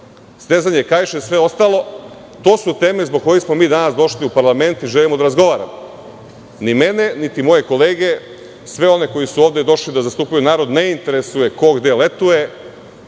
stezanje kaiša i svega ostalog. To su teme zbog kojih smo mi danas došli u parlament i želimo da razgovaramo. Ni mene, niti moje kolege, sve one koji su došli ovde da zastupaju narod, ne interesuje ko gde letuje,